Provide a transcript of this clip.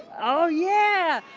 oh yeah.